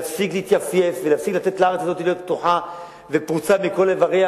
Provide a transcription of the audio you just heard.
להפסיק להתייפייף ולהפסיק לתת לארץ הזאת להיות פתוחה ופרוצה מכל עבריה,